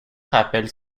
rappelle